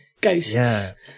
ghosts